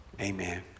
Amen